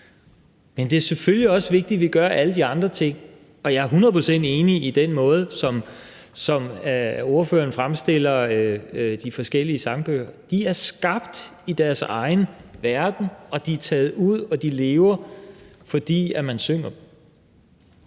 Men det er selvfølgelig også vigtigt, at vi gør de andre ting, og jeg er hundrede procent enig i den måde, som ordføreren fremstiller de forskellige sangbøger på. De er skabt i deres egen verden, og de er taget ud, og de lever, fordi man synger